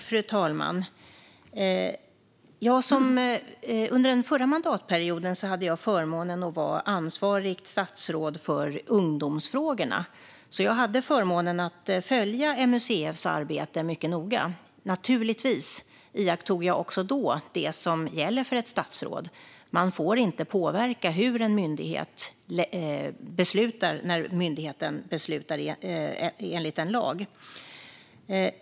Fru talman! Under förra mandatperioden hade jag förmånen att vara ansvarigt statsråd för ungdomsfrågorna. Jag hade alltså förmånen att följa MUCF:s arbete noga. Naturligtvis iakttog jag också då det som gäller för ett statsråd: Man får inte påverka hur en myndighet beslutar när myndigheten beslutar enligt lag.